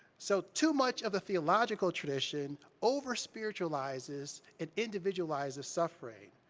so too much of the theological tradition overspiritualizes and individualizes suffering,